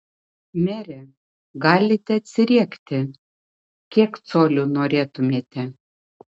mere galite atsiriekti kiek colių norėtumėte